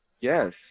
Yes